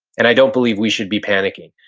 and i don't believe we should be panicking,